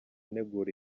ntegura